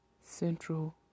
Central